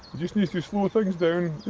just needs to slow things down,